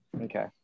Okay